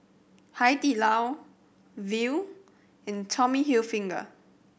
Hai Di Lao Viu and Tommy Hilfiger